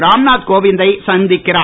ராம்நாத் கோவிந்தையும் சந்திக்கிறார்